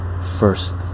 first